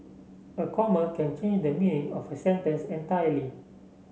a comma can change the meaning of a sentence entirely